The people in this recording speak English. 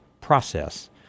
process